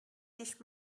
dich